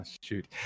shoot